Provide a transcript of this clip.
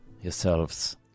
yourselves